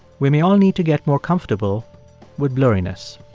we may all need to get more comfortable with blurriness